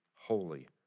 holy